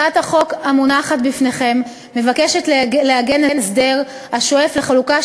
הצעת החוק המונחת לפניכם מבקשת לעגן הסדר השואף לחלוקה